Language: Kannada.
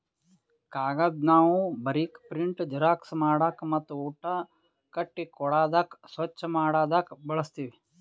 ಕಾಗದ್ ನಾವ್ ಬರೀಕ್, ಪ್ರಿಂಟ್, ಜೆರಾಕ್ಸ್ ಮಾಡಕ್ ಮತ್ತ್ ಊಟ ಕಟ್ಟಿ ಕೊಡಾದಕ್ ಸ್ವಚ್ಚ್ ಮಾಡದಕ್ ಬಳಸ್ತೀವಿ